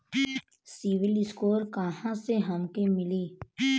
CIBIL score कहाँसे हमके मिली?